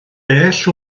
bell